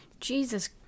Jesus